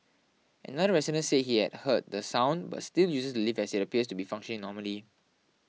another resident say he had heard the sound but still uses the lift as it appears to be functioning normally